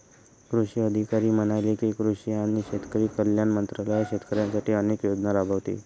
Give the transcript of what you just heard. कृषी अधिकारी म्हणाले की, कृषी आणि शेतकरी कल्याण मंत्रालय शेतकऱ्यांसाठी अनेक योजना राबवते